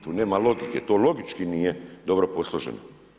Tu nema logike, to logički nije dobro posloženo.